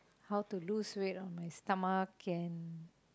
how to lose weight on my stomach and